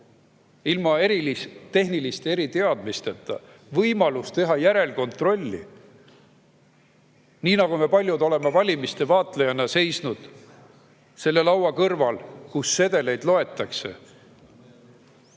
ilma tehniliste eriteadmisteta inimesel võimalus teha järelkontrolli – nii nagu me paljud oleme valimiste vaatlejana seisnud selle laua kõrval, kus sedeleid loetakse